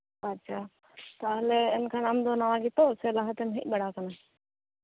ᱟᱪᱪᱷᱟ ᱛᱟᱦᱞᱮ ᱮᱱᱠᱷᱟᱱ ᱟᱢ ᱫᱚ ᱱᱟᱣᱟ ᱜᱮᱛᱚ ᱥᱮ ᱞᱟᱦᱟᱛᱮᱢ ᱦᱮᱡ ᱵᱟᱲᱟ ᱠᱟᱱᱟ